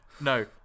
No